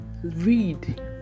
read